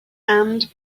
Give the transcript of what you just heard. and